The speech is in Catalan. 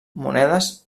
monedes